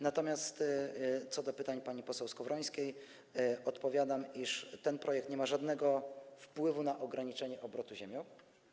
Natomiast na pytania pani poseł Skowrońskiej odpowiadam, iż ten projekt nie ma żadnego wpływu na ograniczenie obrotu ziemią.